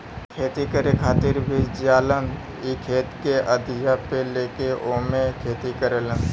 खेती करे खातिर भी जालन इ खेत के अधिया पे लेके ओमे खेती करलन